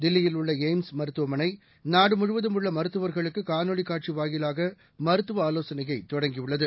தில்லியில் உள்ளளய்ம்ஸ் மருத்துவமனை நாடுமுழுவதும் உள்ளமருத்துவர்களுக்குகாணொலிக் காட்சிவாயிலாகமருத்துவஆலோசனையைதொடங்கியுள்ளது